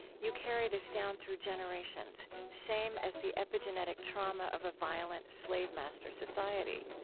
you carry this down through generations, same as the epigenetic trauma of a violent slave-master society.